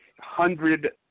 hundred